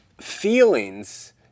feelings